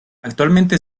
actualmente